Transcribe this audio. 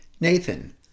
Nathan